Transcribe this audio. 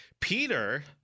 Peter